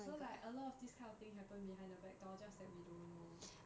so like a lot of this kind of thing happened behind the back door just that we don't know